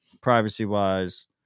privacy-wise